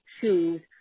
shoes